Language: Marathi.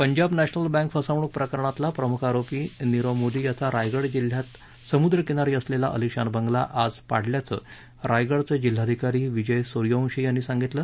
पंजाब नॅशनल बँक फसवणूक प्रकरणातला प्रमुख आरोपी नीरव मोदी याचा रायगड जिल्ह्यात समुद्रकिनारी असलेला अलिशान बंगला आज पाडल्याचे रायगडचे जिल्हाधिकारी विजय सूर्यवंशी यांनी सांगितलं